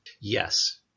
Yes